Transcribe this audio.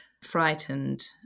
frightened